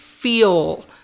feel